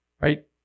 right